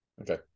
Okay